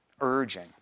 urging